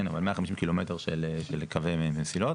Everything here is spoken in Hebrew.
אבל 150 קילומטר של קווי מסילות.